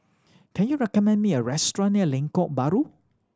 can you recommend me a restaurant near Lengkok Bahru